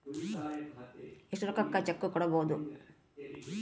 ಎಷ್ಟು ರೊಕ್ಕಕ ಚೆಕ್ಕು ಕೊಡುಬೊದು